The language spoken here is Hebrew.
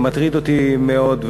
מטריד אותי מאוד.